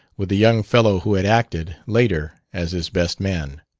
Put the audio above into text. with the young fellow who had acted, later, as his best man.